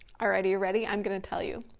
already ready, i'm gonna tell you.